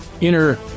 inner